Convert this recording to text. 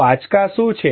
તો આંચકા શું છે